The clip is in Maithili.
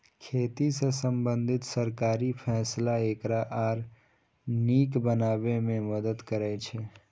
खेती सं संबंधित सरकारी फैसला एकरा आर नीक बनाबै मे मदति करै छै